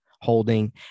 holding